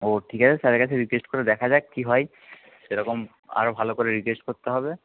ও ঠিক আছে স্যারের কাছে রিকোয়েস্ট করে দেখা যাক কী হয় সেরকম আরও ভালো করে রিকোয়েস্ট করতে হবে